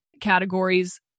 categories